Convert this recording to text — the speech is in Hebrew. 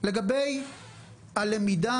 לגבי הלמידה,